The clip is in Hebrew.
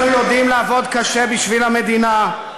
אנחנו יודעים לעבוד קשה בשביל המדינה,